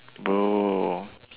bro